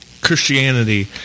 Christianity